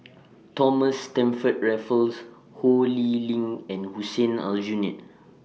Thomas Stamford Raffles Ho Lee Ling and Hussein Aljunied